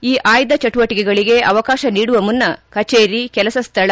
ಈ ಆಯ್ದ ಚಟುವಟಿಕೆಗಳಿಗೆ ಅವಕಾಶ ನೀಡುವ ಮುನ್ನ ಕಚೇರಿ ಕೆಲಸ ಸ್ಥಳ